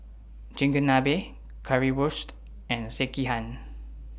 Chigenabe Currywurst and Sekihan